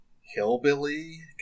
hillbilly